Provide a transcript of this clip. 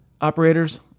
operators